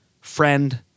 Friend